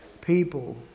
people